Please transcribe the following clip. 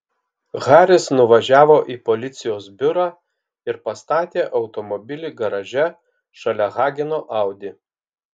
haris nuvažiavo į policijos biurą ir pastatė automobilį garaže šalia hageno audi